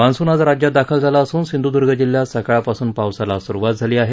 monsoon आज राज्यात दाखल झाला असून सिंधूर्ग जिल्ह्यात सकाळपासून पावसाला सुरुवात झाली आहे